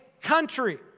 country